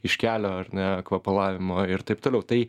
iš kelio ar ne kvapalavimo ir taip toliau tai